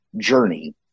journey